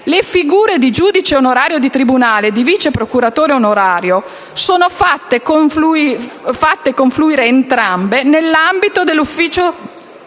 Le figure di giudice onorario di tribunale e di viceprocuratore onorario sono fatte confluire entrambe nell'ambito dell'ufficio